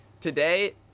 Today